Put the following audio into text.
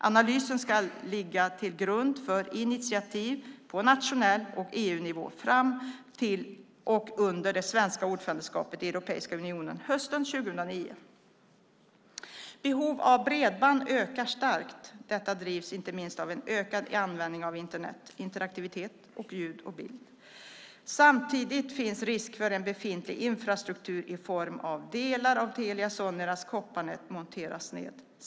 Analysen ska ligga till grund för initiativ på nationell och EU-nivå fram till och under det svenska ordförandeskapet i Europeiska unionen hösten 2009. Behoven av bredband ökar starkt. Detta drivs inte minst av en ökad användning av Internet, interaktivitet och ljud och bild. Samtidigt finns risk för att befintlig infrastruktur i form av delar av Telia Soneras kopparnät monteras ned.